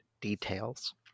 details